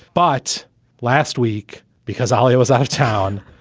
but last week, because all yeah was out of town,